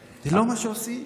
זה לא מה שהם עושים,